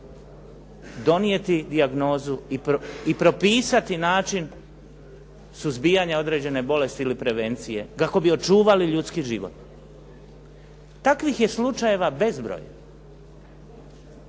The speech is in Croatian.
donijeti dijagnozu i propisati način suzbijanja određene bolesti ili prevencije kako bi očuvali ljudski život? Takvih je slučajeva bezbroj.